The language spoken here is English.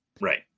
right